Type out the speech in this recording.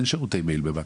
שאין שירותי מייל בבנק,